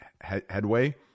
headway